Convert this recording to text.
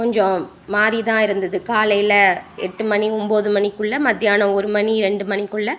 கொஞ்சம் மாறி தான் இருந்தது காலையில் எட்டு மணி ஒம்பது மணிக்குள்ளே மத்தியானம் ஒரு மணி ரெண்டு மணிக்குள்ளே